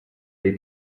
dei